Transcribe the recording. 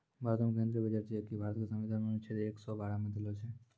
भारतो के केंद्रीय बजट जे कि भारत के संविधान मे अनुच्छेद एक सौ बारह मे देलो छै